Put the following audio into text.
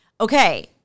Okay